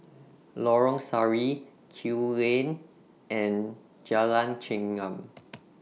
Lorong Sari Kew Lane and Jalan Chengam